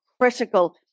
critical